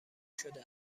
شده